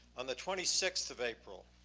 on the twenty sixth of april,